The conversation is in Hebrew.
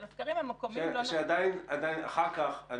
אבל הסקרים המקומיים --- אחר כך גם